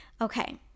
okay